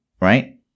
right